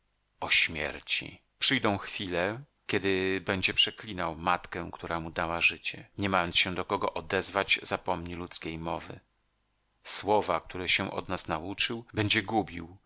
o śmierci przyjdą chwile kiedy będzie przeklinał matkę która mu dała życie nie mając się do kogo odezwać zapomni ludzkiej mowy słowa których się od nas nauczył będzie gubił